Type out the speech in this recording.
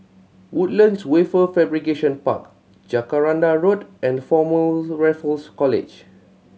Woodlands Wafer Fabrication Park Jacaranda Road and Former Raffles College